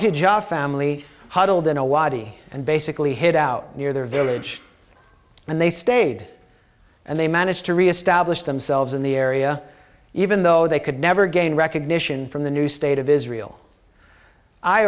the family huddled in a wadi and basically hid out near their village and they stayed and they managed to reestablish themselves in the area even though they could never gain recognition from the new state of israel i